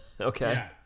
Okay